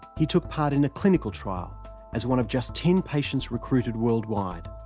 he took part in a clinical trial as one of just ten patients recruited worldwide.